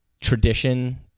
tradition